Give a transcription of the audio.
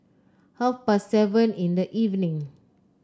half past seven in the evening